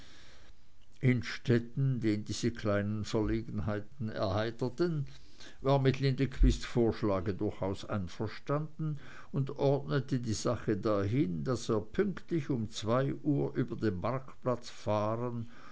innstetten den diese kleinen verlegenheiten erheiterten war mit lindequists vorschlag durchaus einverstanden und ordnete die sache dahin daß er pünktlich um zwei uhr über den marktplatz fahren